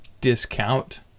discount